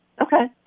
Okay